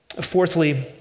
Fourthly